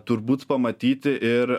turbūt pamatyti ir